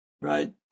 Right